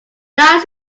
lies